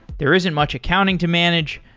there isn't much accounting to manage,